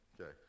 Okay